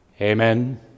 Amen